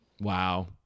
Wow